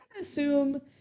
assume